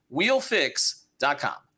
Wheelfix.com